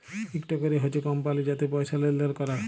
ইকট ক্যরে হছে কমপালি যাতে পয়সা লেলদেল ক্যরে